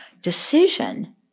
decision